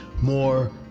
more